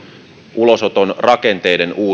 ulosoton rakenteiden